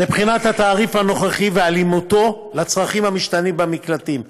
לבחינת התעריף הנוכחי והלימתו את הצרכים המשתנים במקלטים,